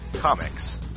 Comics